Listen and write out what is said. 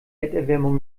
erderwärmung